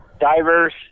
Divers